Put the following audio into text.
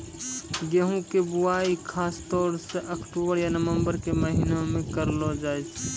गेहूँ के बुआई खासतौर सॅ अक्टूबर या नवंबर के महीना मॅ करलो जाय छै